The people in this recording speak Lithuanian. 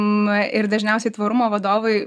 na ir dažniausiai tvarumo vadovai